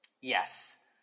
Yes